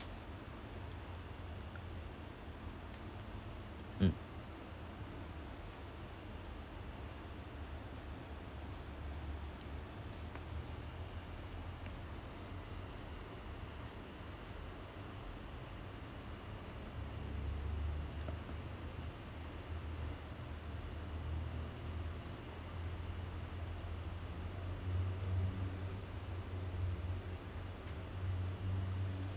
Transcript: mm